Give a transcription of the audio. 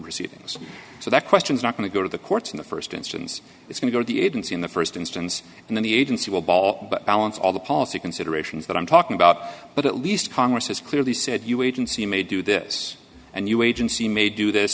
receiving so that question is not going to go to the courts in the st instance it's going to the agency in the st instance and then the agency will ball but balance all the policy considerations that i'm talking about but at least congress has clearly said you agency may do this and you agency may do this